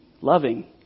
loving